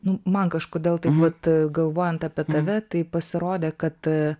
man kažkodėl tai vat galvojant apie tave tai pasirodė kad